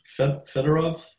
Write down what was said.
Fedorov